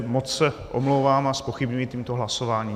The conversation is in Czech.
Moc se omlouvám a zpochybňuji tímto hlasování.